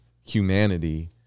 humanity